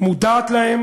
מודעת להם